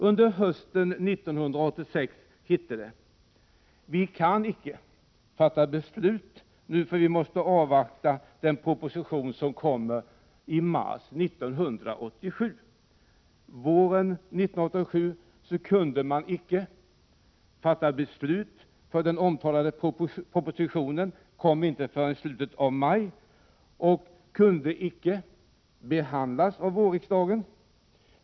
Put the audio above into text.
Under hösten 1986 hette det: Vi kan icke fatta beslut nu, för vi måste avvakta den proposition som kommer i mars 1987. Våren 1987 kunde man icke fatta beslut, för den omtalade propositionen kom inte förrän i slutet av maj och kunde icke behandlas av vårriksdagen.